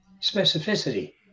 specificity